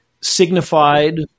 signified